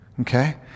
Okay